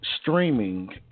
streaming